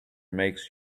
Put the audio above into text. makes